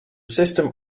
system